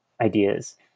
ideas